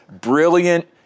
brilliant